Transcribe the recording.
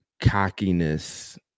cockiness